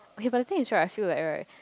okay but then thing is right I feel like right